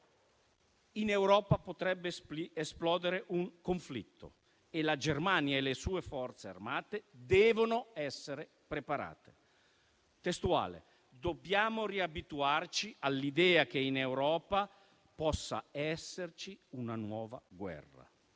«In Europa potrebbe esplodere un conflitto e la Germania e le sue Forze armate devono essere preparate. Dobbiamo riabituarci all'idea che in Europa possa esserci una nuova guerra.